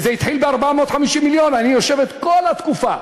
זה התחיל ב-450 מיליון, אני יושב את כל התקופה,